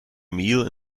meal